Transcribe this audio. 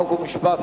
חוק ומשפט,